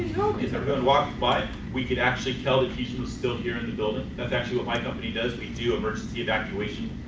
and walk by, we could actually tell that heejin was still here in the building, that's actually what my company does we do emergency evacuation,